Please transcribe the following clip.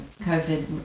COVID